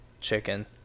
chicken